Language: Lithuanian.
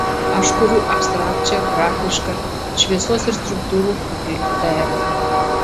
aš kuriu abstrakčią grafišką šviesos ir struktūrų pripildytą erdvę